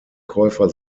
käufer